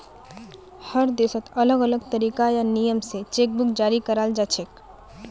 हर देशत अलग अलग तरीका या नियम स चेक बुक जारी कराल जाछेक